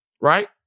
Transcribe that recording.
right